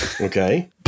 okay